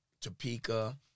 Topeka